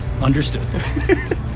Understood